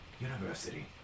university